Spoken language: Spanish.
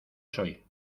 soy